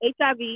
HIV